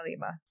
lima